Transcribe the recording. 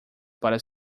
para